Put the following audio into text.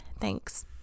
Thanks